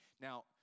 Now